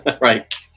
Right